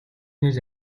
нээж